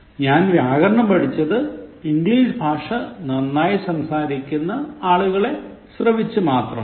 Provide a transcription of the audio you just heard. ഞാൻ വ്യാകരണം പഠിച്ചത് ഇംഗ്ലീഷ് ഭാഷ നന്നായി സംസാരിക്കുന്ന ആളുകളെ ശ്രവിച്ചു മാത്രമാണ്